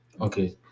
Okay